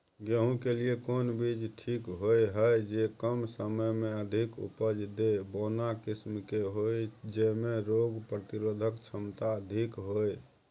गेहूं के लिए कोन बीज ठीक होय हय, जे कम समय मे अधिक उपज दे, बौना किस्म के होय, जैमे रोग प्रतिरोधक क्षमता अधिक होय?